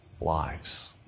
lives